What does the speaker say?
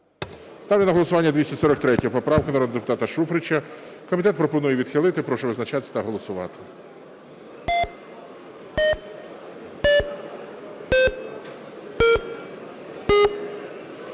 Ставлю на голосування 243 поправку народного депутата Шуфрича. Комітет пропонує відхилити. Прошу визначатись та голосувати